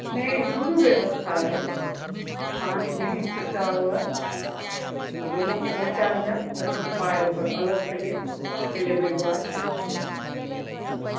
नहि दुनू व्यवस्था अछि अहाँकेँ जेहन सुविधा हुअ रूमोमे पहुँचायल जायत तऽ किछु पाय ओकर अलगसँ लेत डिलेवरी ब्यॉय अच्छा